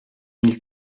mille